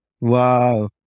Wow